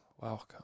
welcome